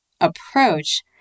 approach